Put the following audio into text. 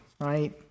right